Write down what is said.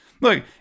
Look